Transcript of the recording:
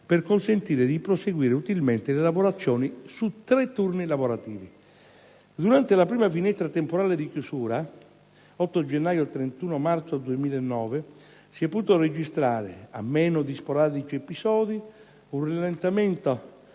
per consentire di proseguire utilmente le lavorazioni su tre turni lavorativi. Durante la prima finestra temporale di chiusura (8 gennaio - 31 marzo 2009) si è potuto registrare, a meno di sporadici episodi, un rallentamento